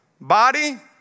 body